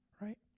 right